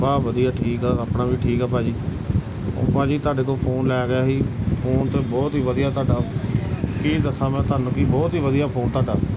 ਬਸ ਵਧੀਆ ਠੀਕ ਆ ਆਪਣਾ ਵੀ ਠੀਕ ਆ ਭਾਅ ਜੀ ਉਹ ਭਾਅ ਜੀ ਤੁਹਾਡੇ ਤੋਂ ਫੋਨ ਲੈ ਗਿਆ ਸੀ ਫੋਨ ਤਾਂ ਬਹੁਤ ਹੀ ਵਧੀਆ ਤੁਹਾਡਾ ਕੀ ਦੱਸਾਂ ਮੈਂ ਤੁਹਾਨੂੰ ਕਿ ਬਹੁਤ ਹੀ ਵਧੀਆ ਫੋਨ ਤੁਹਾਡਾ